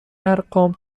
ارقام